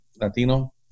Latino